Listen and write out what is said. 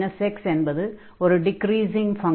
e x என்பது ஒரு decreasing function